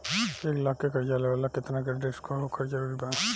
एक लाख के कर्जा लेवेला केतना क्रेडिट स्कोर होखल् जरूरी बा?